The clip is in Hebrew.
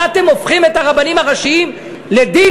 מה אתם הופכים את הרבנים הראשיים לדילים?